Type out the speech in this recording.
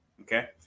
okay